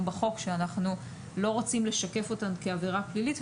בחוק שאנחנו לא רוצים לשקף אותן כעבירה פלילית.